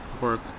work